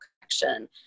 connection